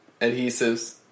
adhesives